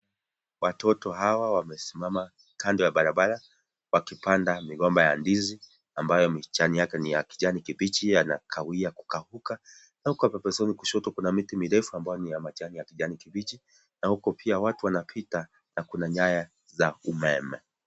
Watoto hawa wamesimama kando ya barabara, wakipanda migomba ya ndizi, ambayo majani ya kijani kibichi yanakawiya kukauka, na uko pembezoni kushoto kuna miti mirefu ambayo ni ya majani ya kijani kibichi, na uko pia watu wanapita na kuna nyaya za umeme.